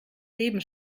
leben